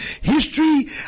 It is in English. History